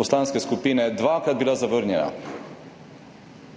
poslanske skupine dvakrat zavrnjena.